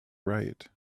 right